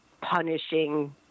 punishing